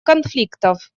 конфликтов